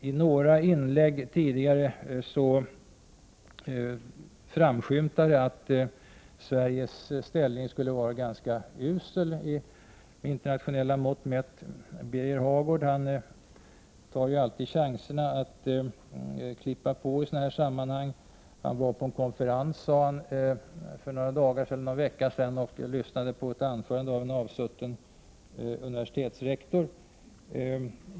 I några inlägg tidigare har det framskymtat att Sveriges ställning skulle vara ganska usel med internationella mått mätt. Birger Hagård tar alltid chansen att dra till i sådana här sammanhang. Han sade att han var på en konferens för någon vecka sedan och lyssnade till ett anförande av en avsutten unversitetsrektor.